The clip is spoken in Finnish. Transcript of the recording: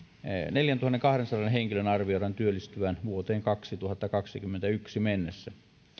neljäntuhannenkahdensadan henkilön arvioidaan työllistyvän vuoteen kaksituhattakaksikymmentäyksi mennessä